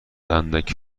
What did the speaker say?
اندک